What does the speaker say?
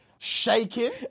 Shaking